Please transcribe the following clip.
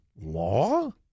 law